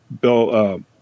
Bill